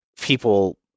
people